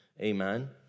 amen